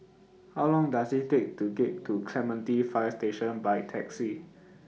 How Long Does IT Take to get to Clementi Fire Station By Taxi